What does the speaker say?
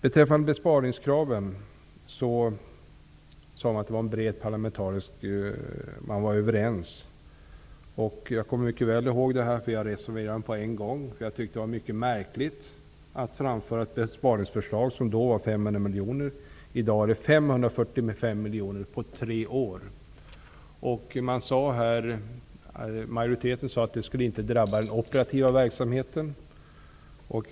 Beträffande besparingskraven sade justitieministern att man var överens. Jag kommer mycket väl ihåg det, för jag reserverade mig genast. Jag tyckte det var märkligt att framföra ett besparingsförslag, som då var 500 miljoner men i dag är 540 miljoner kronor på tre år. Majoriteten sade att detta inte skulle drabba den operativa verksamheten.